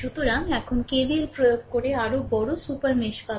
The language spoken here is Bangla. সুতরাং এখন KVL প্রয়োগ করে আরও বড় সুপার মেশ পাবেন